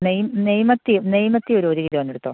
നെയ് നെയ് മത്തിയും നെയ് മത്തിയും ഒരു ഒരു കിലോന് എടുത്തോ